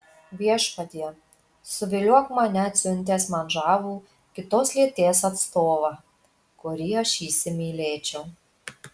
viešpatie suviliok mane atsiuntęs man žavų kitos lyties atstovą kurį aš įsimylėčiau